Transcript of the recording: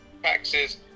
Taxes